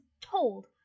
told